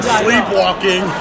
sleepwalking